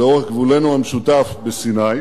לאורך גבולנו המשותף בסיני,